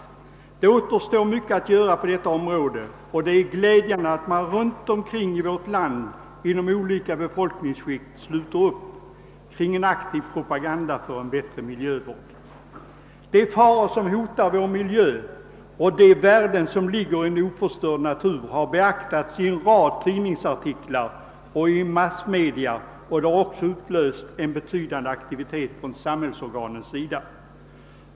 Mycket återstår att göra på detta område och det är glädjande att man runt omkring i vårt land inom olika befolkningsskikt sluter upp kring en aktiv propaganda för en bättre miljövård. De faror som hotar vår miljö och de värden som ligger i en oförstörd natur har beaktats i en rad tidningsartiklar och i massmedia, och det har också utlöst en betydande aktivitet från samhällsorganens sida.